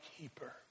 keeper